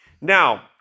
Now